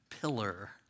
Pillar